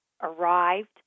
arrived